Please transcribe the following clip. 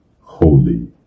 holy